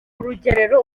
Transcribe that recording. rugerero